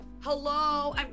Hello